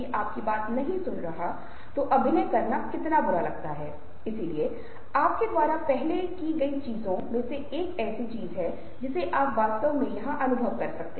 अब यह याद रखने के लिए अंक बहुत महत्वपूर्ण है कि भावनाओं को प्रच्छन्न या अधिनियमित किया जा सकता है